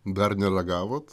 dar neragavot